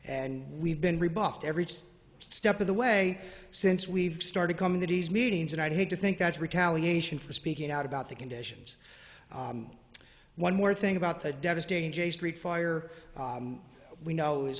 and we've been rebuffed every step of the way since we've started coming to these meetings and i'd hate to think that retaliation for speaking out about the conditions one more thing about the devastating j street fire we know is